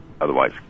otherwise